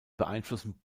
beeinflussen